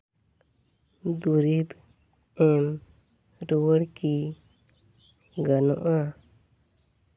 ᱫᱩᱨᱤᱵᱽ ᱮᱢ ᱨᱩᱣᱟᱹᱲ ᱠᱤ ᱜᱟᱱᱚᱜᱼᱟ